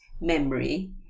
memory